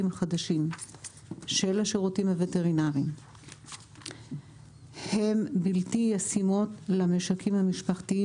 החדשים של השירותים הווטרינריים הם בלתי ישימים למשקים המשפחתיים